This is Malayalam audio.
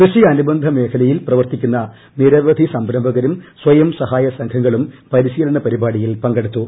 കൃഷി അനൂബന്ധ മേഖലയിൽ പ്രവർത്തിക്കുന്ന സംരംഭകരും സ്വയംസഹായ സംഘങ്ങളും പരിശീലന പരിപാടിയിൽ പങ്കെടുത്തു